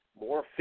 more